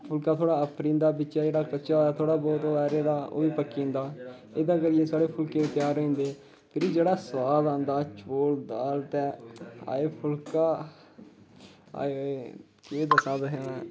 फुलका थोह्ड़ा आफरी जंदा बिच्चै जेह्ड़ा कच्चा होऐ थोह्ड़ा बोह्त होऐ रेह् दा ओह् बी पक्की जंदा एह्दे करियै साढ़े फुलके त्यार होई जंदे फिरी जेह्ड़ा सोआद औंदा चौल दाल ते हाए फुलका हाए ओए केह् दस्सां तुसें में